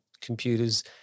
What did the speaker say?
computers